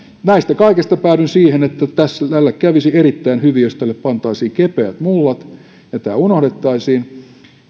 näistä kaikista päädyn siihen että tälle kävisi erittäin hyvin jos tälle pantaisiin kepeät mullat ja tämä unohdettaisiin